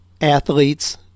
athletes